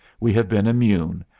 we have been immune,